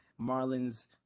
marlins